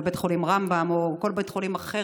לבית חולים רמב"ם או לכל בית חולים אחר,